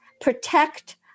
protect